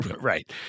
right